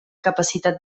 capacitat